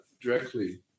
directly